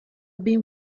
been